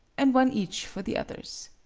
and one each for the others.